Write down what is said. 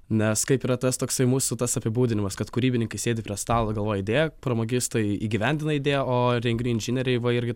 nes kaip yra tas toksai mūsų tas apibūdinimas kad kūrybinį kai sėdi prie stalo galvoji idėja pramogistai įgyvendina idėją o renginių inžinieriai va irgi